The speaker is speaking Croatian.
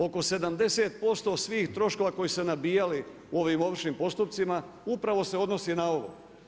Oko 70% svih troškova koji su se nabijali u ovim ovršnim postupcima upravo se odnosi na ovo.